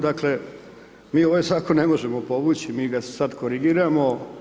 Dakle, mi ovaj zakon ne možemo povući, mi ga sada korigiramo.